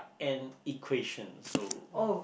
and equation so